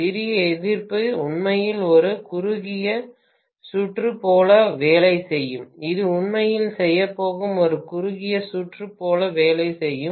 சிறிய எதிர்ப்பு உண்மையில் ஒரு குறுகிய சுற்று போல வேலை செய்யும் இது உண்மையில் செய்யப் போகும் ஒரு குறுகிய சுற்று போல வேலை செய்யும்